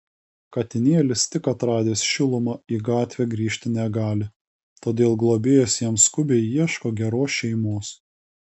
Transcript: katinėlis tik atradęs šilumą į gatvę grįžti negali todėl globėjos jam skubiai ieško geros šeimos